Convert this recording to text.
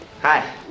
Hi